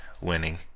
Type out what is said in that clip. winning